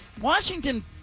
Washington